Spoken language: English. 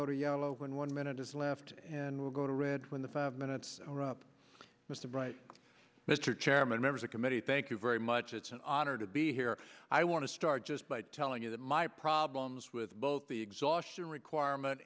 go to yellow when one minute is left and will go to read when the five minutes are up mr bright mr chairman members of committee thank you very much it's an honor to be here i want to start just by telling you that my problems with both the exhaustion requirement